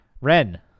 Ren